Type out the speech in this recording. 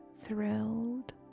thrilled